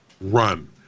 run